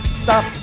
stop